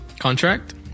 contract